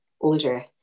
older